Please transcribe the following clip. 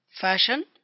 fashion